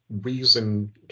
reason